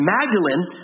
Magdalene